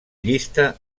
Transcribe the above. llista